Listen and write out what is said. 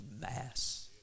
mass